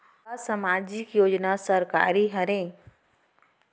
का सामाजिक योजना सरकारी हरे?